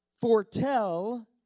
foretell